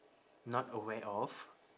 not aware of